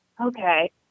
Okay